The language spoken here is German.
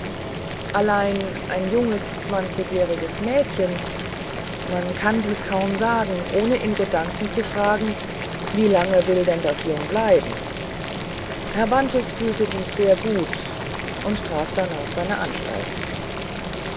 allein ein junges zwanzigjähriges mädchen man kann dies kaum sagen ohne in gedanken zu fragen wie lange will denn das jung bleiben herr bantes fühlte dies sehr gut und traf danach seine anstalten